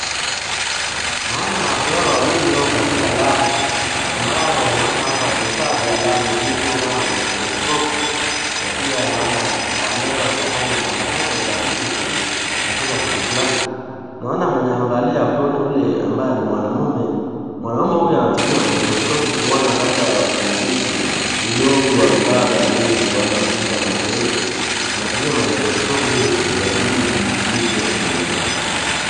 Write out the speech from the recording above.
Naona watu hawa wawili wako katika labu, ambayo unaona hapa vifaa vya labu viko kama microscopu, na pia naona wanaweza wakafanya wanafanya utafiti katika kitu fulani. Naona mwenye amevalia aproni, yule ambaye ni mwanamume. Mwanamume huyu anatumia microscopu kuona labda kuna vitu vidogo ambavyo haviwezi vikaonwa katika macho yetu. Anatumia microscopu ili kuviona, ili vitu hivyo vionekane.